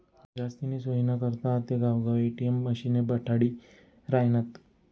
जास्तीनी सोयनी करता आते गावगाव ए.टी.एम मशिने बठाडी रायनात